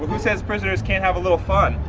who says prisoners can't have a little fun?